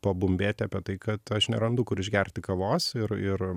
pabumbėti apie tai kad aš nerandu kur išgerti kavos ir ir